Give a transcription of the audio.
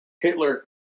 Hitler